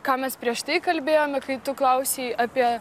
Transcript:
ką mes prieš tai kalbėjome kai tu klausei apie